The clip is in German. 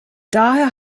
daher